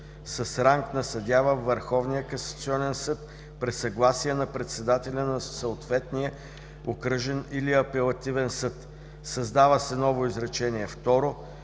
с ранг на съдия във Върховния касационен съд при съгласие на председателя на съответния окръжен или апелативен съд“, създава се ново изречение второ: